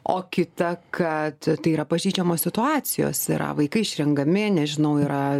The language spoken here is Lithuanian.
o kita kad tai yra pažeidžiamos situacijos yra vaikai išrengiami nežinau yra